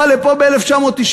בא לפה ב-1994,